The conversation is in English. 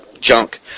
Junk